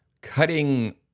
cutting